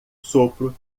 sopro